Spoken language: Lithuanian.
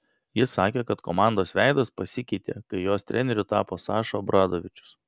jis sakė kad komandos veidas pasikeitė kai jos treneriu tapo saša obradovičius